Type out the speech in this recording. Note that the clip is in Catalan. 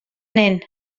nen